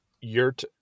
Yurt